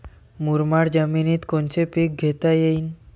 मुरमाड जमिनीत कोनचे पीकं घेता येईन?